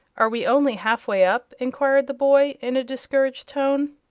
are we only half way up? enquired the boy, in a discouraged tone.